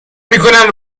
میکنم